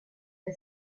del